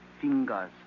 fingers